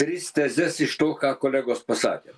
tris tezes iš to ką kolegos pasakė